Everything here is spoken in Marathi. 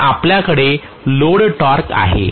तर आपल्याकडे लोड टॉर्क आहे